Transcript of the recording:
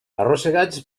arrossegats